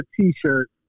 T-shirt